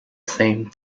same